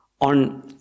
on